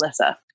Alyssa